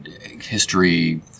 history